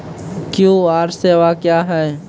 QR सेवा क्या हैं?